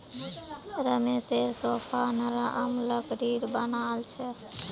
रमेशेर सोफा नरम लकड़ीर बनाल छ